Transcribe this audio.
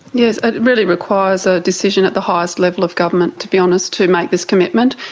yes, it really requires a decision at the highest level of government, to be honest, to make this commitment,